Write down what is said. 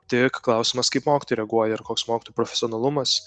tik klausimas kaip mokytojai reaguoja ir koks mokytojų profesionalumas